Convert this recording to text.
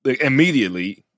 Immediately